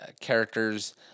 Characters